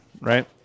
right